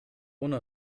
ohne